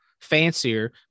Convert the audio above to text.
fancier